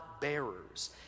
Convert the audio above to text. bearers